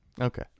Okay